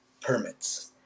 permits